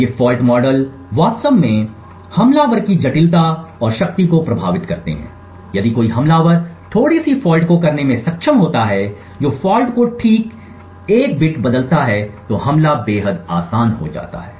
ये fault model वास्तव में हमलावर की जटिलता और शक्ति को प्रभावित करते हैं यदि कोई हमलावर थोड़ी सी फॉल्ट को करने में सक्षम होता है जो फॉल्ट को ठीक 1 बिट बदलता है तो हमला बेहद आसान हो जाता है